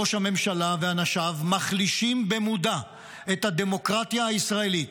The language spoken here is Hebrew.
ראש הממשלה ואנשיו מחלישים במודע את הדמוקרטיה הישראלית.